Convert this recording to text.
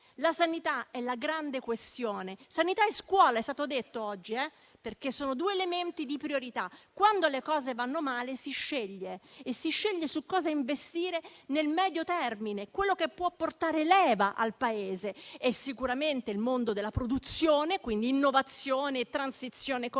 La sanità è la grande questione. Oggi si è parlato di sanità e scuola, perché sono due elementi di priorità. Quando le cose vanno male, si sceglie su cosa investire nel medio termine, su ciò che può portare leva al Paese - penso sicuramente al mondo della produzione, quindi innovazione e transizione ecologica